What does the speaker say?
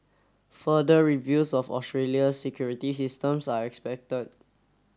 further reviews of Australia's security systems are expected